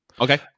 Okay